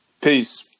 Peace